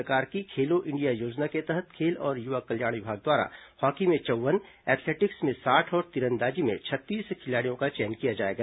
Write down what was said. भारत सरकार की खेलो इंडिया योजना के तहत खेल और युवा कल्याण विभाग द्वारा हॉकी में चौव्वन एथलेटिक्स में साठ और तीरंदाजी में छत्तीस खिलाड़ियों का चयन किया जाएगा